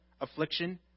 affliction